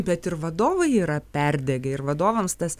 bet ir vadovai yra perdegę ir vadovams tas